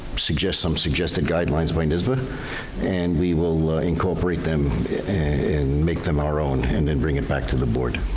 suggest some suggested guidelines via nysba and we will incorporate them and make them our own and then bring it back to the board,